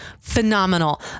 phenomenal